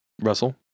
Russell